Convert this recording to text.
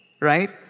right